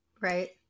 Right